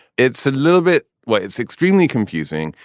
it's a little bit. well, it's extremely confusing.